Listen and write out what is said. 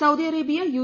Saudi Arabia U